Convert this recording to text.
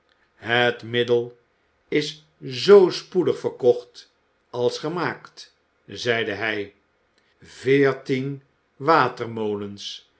het middel is zoo spoedig verkocht als gemaakt zeide hij